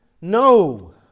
No